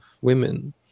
women